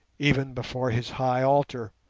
even before his high altar!